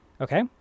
okay